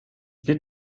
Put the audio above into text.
wird